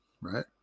right